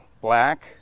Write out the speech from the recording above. black